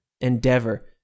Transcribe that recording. endeavor